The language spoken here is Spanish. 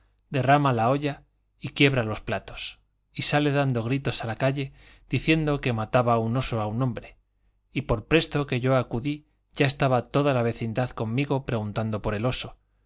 derrama la olla y quiebra los platos y sale dando gritos a la calle diciendo que mataba un oso a un hombre y por presto que yo acudí ya estaba toda la vecindad conmigo preguntando por el oso